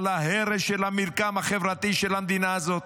על ההרס של המרקם החברתי של המדינה הזאת?